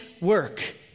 work